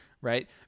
right